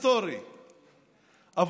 הגיעו לגמר גביע היסטורי,